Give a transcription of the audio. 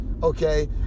okay